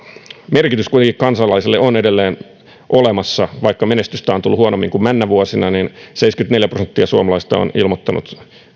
merkitys kansalaisille on edelleen olemassa vaikka menestystä on tullut huonommin kuin männävuosina seitsemänkymmentäneljä prosenttia suomalaisista on ilmoittanut